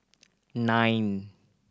nine